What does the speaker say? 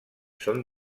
són